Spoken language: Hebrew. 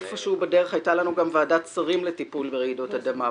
איפה שהוא בדרך הייתה לנו גם ועדת שרים לטיפול ברעידות אדמה.